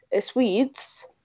Swedes